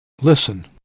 Listen